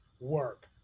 work